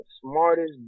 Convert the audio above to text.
smartest